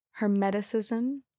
hermeticism